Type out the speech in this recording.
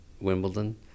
Wimbledon